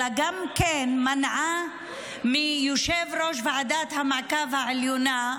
אלא היא גם מנעה מיושב-ראש ועדת המעקב העליונה,